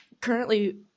currently